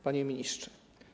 Panie Ministrze!